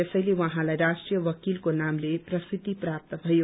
यसैले उहाँलाई राष्ट्रीय वकिलको नामले प्रसिद्धि प्राप्त भयो